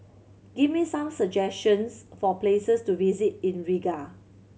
give me some suggestions for places to visit in Riga